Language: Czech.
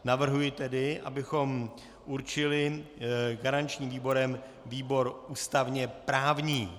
Navrhuji tedy, abychom určili garančním výborem výbor ústavněprávní.